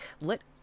Let